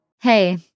Hey